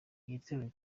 igitero